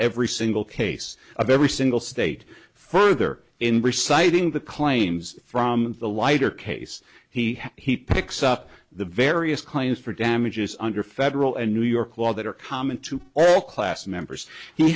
every single case of every single state further in reciting the claims from the lighter case he he picks up the various kinds for damages under federal and new york law that are common to all class members he